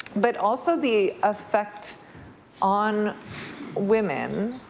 but also the effect on women